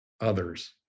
others